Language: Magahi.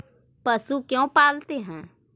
पशु क्यों पालते हैं?